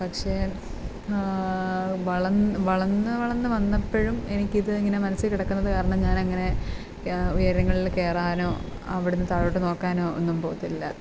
പക്ഷേ വള വളർന്ന് വളർന്ന് വന്നപ്പോഴും എനിക്കിത് ഇങ്ങനെ മനസ്സിൽ കിടക്കുന്നത് കാരണം ഞാനങ്ങനെ ഉയരങ്ങളിൽ കയറാനോ അവിടെ നിന്ന് താഴോട്ട് നോക്കാനോ ഒന്നും പോവില്ല